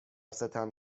ستم